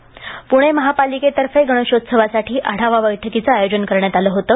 पूणे महापालिकेतर्फे गणेशोत्सवासाठी आढावा बैठकीचे आज आयोजन करण्यात आलं होतं